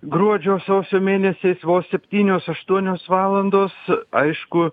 gruodžio sausio mėnesiais vos septynios aštuonios valandos aišku